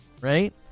right